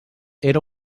era